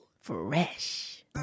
Fresh